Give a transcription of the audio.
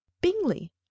Bingley